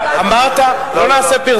אמרת, לא נעשה פרסומת.